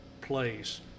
place